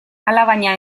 alabaina